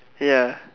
ya